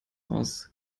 aus